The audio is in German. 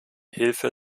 hilfe